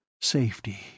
Safety